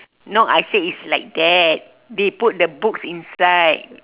no I say it's like that they put the books inside